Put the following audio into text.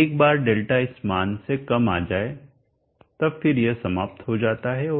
एक बार डेल्टा इस मान से कम आ जाए तब फिर यह समाप्त हो जाता है और घर्षण कारक 1xk2 है